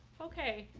okay,